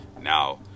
Now